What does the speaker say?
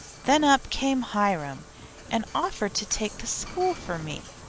then up came hiram and offered to take the school for me.